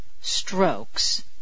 strokes